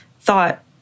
thought